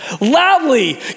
loudly